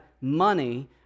money